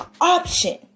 option